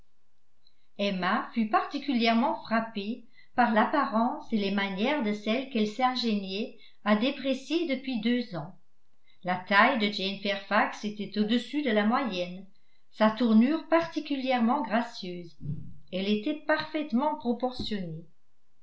emma fut particulièrement frappée par l'apparence et les manières de celle qu'elle s'ingéniait à déprécier depuis deux ans la taille de jane fairfax était au-dessus de la moyenne sa tournure particulièrement gracieuse elle était parfaitement proportionnée